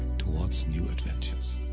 towards new adventures.